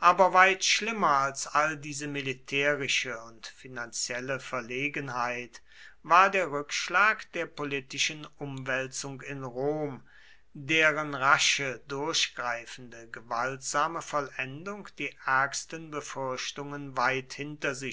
aber weit schlimmer als all diese militärische und finanzielle verlegenheit war der rückschlag der politischen umwälzung in rom deren rasche durchgreifende gewaltsame vollendung die ärgsten befürchtungen weit